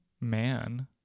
man